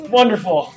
Wonderful